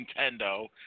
Nintendo